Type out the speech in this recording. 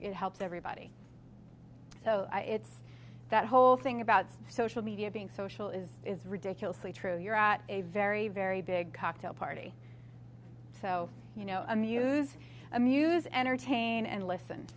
it helps everybody so it's that whole thing about social media being social is is ridiculously true you're at a very very big cocktail party so you know amuse amuse entertain and listen